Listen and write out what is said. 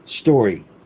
story